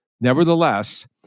Nevertheless